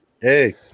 Hey